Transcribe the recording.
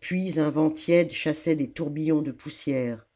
puis un vent tiède chassait des tourbillons de poussière